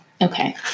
Okay